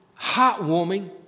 heartwarming